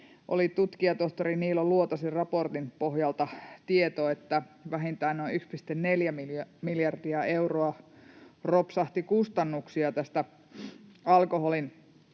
oli tutkijatohtori Niilo Luotosen raportin pohjalta tieto, että vähintään noin 1,4 miljardia euroa ropsahti kustannuksia näistä alkoholin